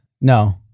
No